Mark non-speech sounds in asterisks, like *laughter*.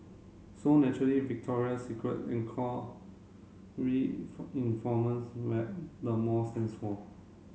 so naturally Victoria's Secret *unintelligible* where the mall stands for